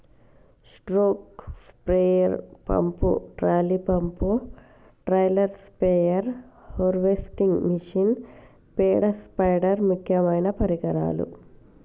stroke sprayer pump, trolley pump, trailer spare, harvesting machine, పేడ spider ముక్యమైన పరికరాలు